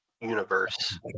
universe